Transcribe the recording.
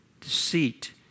deceit